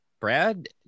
Brad